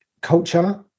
culture